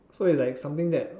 so is like something that